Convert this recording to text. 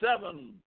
seven